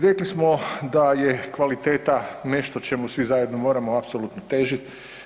Rekli smo da je kvaliteta nešto čemu svi zajedno moramo apsolutno težit.